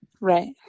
Right